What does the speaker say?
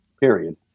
period